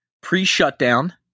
pre-shutdown